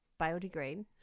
biodegrade